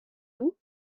vous